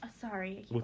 Sorry